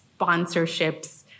sponsorships